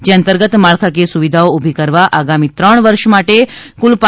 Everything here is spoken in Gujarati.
જે અંતર્ગત માળખાકીય સુવિધાઓ ઊભી કરવા આગામી ત્રણ વર્ષ માટે કુલ રૂ